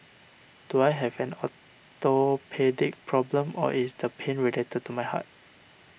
do I have an orthopaedic problem or is the pain related to my heart